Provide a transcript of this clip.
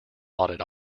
audit